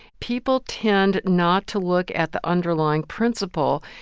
people tend not to look at the underlying principle.